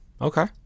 Okay